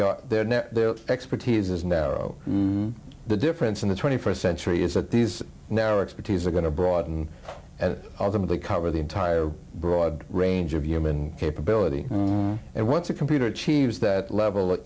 up their net their expertise is now the difference in the twenty first century is that these narrow expertise are going to broaden and ultimately cover the entire broad range of human capability and once a computer achieves that level